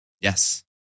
Yes